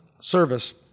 service